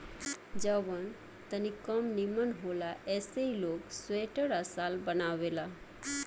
जवन तनी कम निमन होला ऐसे ई लोग स्वेटर आ शाल बनावेला